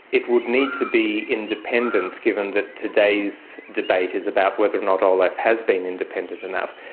it would need to be independent given that today's debate is about whether or not olaf has been independent enough.